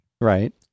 Right